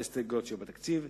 אחת ההסתייגויות שהיו בתקציב.